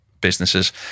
businesses